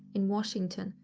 in washington,